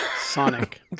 Sonic